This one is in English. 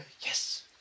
Yes